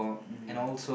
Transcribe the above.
(mmgmm)